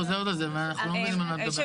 את חוזרת על זה ואנחנו לא מבינים על מה את מדברת.